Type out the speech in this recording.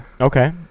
Okay